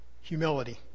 humility